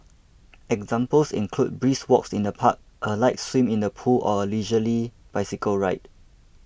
examples include brisk walks in the park a light swim in the pool or a leisurely bicycle ride